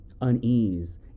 unease